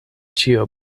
ĉio